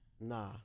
Nah